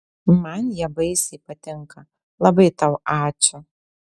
man jie baisiai patinka labai tau ačiū